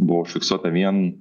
buvo užfiksuota vien